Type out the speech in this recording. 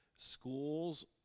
Schools